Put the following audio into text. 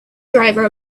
driver